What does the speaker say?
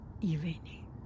evening